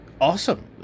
awesome